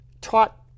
taught